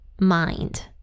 mind